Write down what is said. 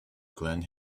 glen